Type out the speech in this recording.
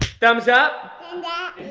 thumbs up? and